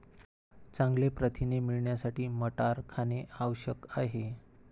चांगले प्रथिने मिळवण्यासाठी मटार खाणे आवश्यक आहे